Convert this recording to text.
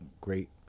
Great